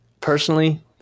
Personally